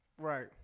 Right